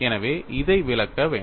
எனவே இதை விளக்க வேண்டும்